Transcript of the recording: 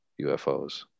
UFOs